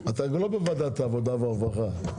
אתה לא בוועדת העבודה והרווחה.